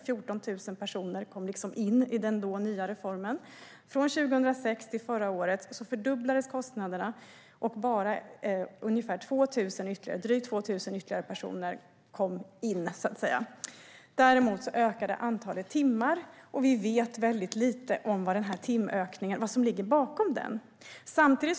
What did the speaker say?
14 000 personer omfattades av den då nya reformen. Från 2006 till förra året fördubblades kostnaderna, och bara drygt 2 000 ytterligare personer omfattades av reformen. Däremot ökade antalet timmar, och vi vet väldigt lite vad som ligger bakom timökningen.